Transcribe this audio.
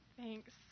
thanks